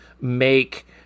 make